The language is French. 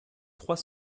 trois